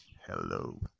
Hello